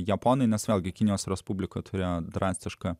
japonai nes vėlgi kinijos respublika turėjo drastišką